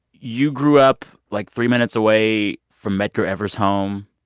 you grew up, like, three minutes away from medgar evers' home.